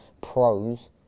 pros